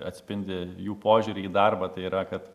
atspindi jų požiūrį į darbą tai yra kad